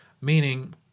Meaning